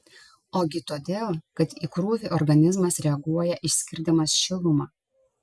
ogi todėl kad į krūvį organizmas reaguoja išskirdamas šilumą